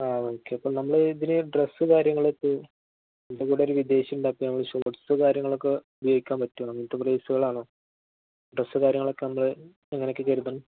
ആ ഓക്കെ അപ്പം നമ്മള് ഇതിന് ഡ്രസ്സ് കാര്യങ്ങളിപ്പോള് കൂടെ ഒരു വിദേശിയുണ്ട് അപ്പോള് നമ്മള് ഷോട്സ് കാര്യങ്ങളൊക്കെ ഉപയോഗിക്കാൻ പറ്റുമോ അങ്ങനത്തെ പ്ലേസുകളാണോ ഡ്രസ്സ് കാര്യങ്ങളൊക്കെ നമ്മള് എങ്ങനെയൊക്കെ കരുതണം